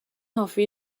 hoffi